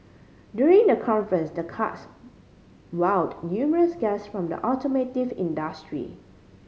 during the conference the karts wowed numerous guests from the automotive industry